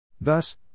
Thus